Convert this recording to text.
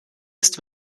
ist